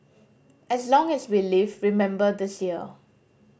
as long as we live remember this year